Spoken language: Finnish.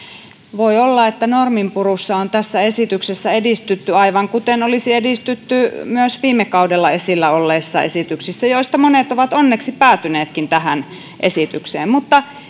voi olla että norminpurussa on tässä esityksessä edistytty aivan kuten olisi edistytty myös viime kaudella esillä olleissa esityksissä joista monet ovat onneksi päätyneetkin tähän esitykseen mutta